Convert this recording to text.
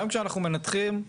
מה דעתכם כאיש המקצוע בעניין הזה?